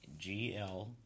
GL